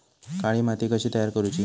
काळी माती कशी तयार करूची?